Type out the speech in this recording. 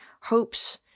hopes